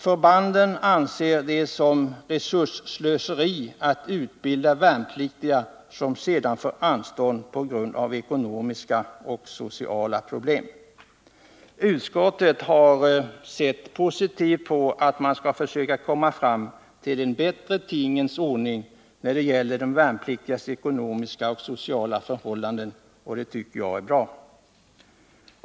Förbanden anser det vara resursslöseri att utbilda värnpliktiga som sedan får anstånd på grund av ekonomiska och sociala problem.” Utskottet har sett positivt på att man skall försöka komma fram till en bättre tingens ordning när det gäller de värnpliktigas ekonomiska och sociala förhållanden, och det tycker jag är bra.